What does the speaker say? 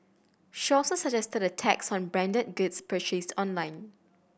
she also suggested a tax on branded goods purchased online